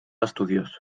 estudiós